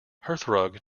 hearthrug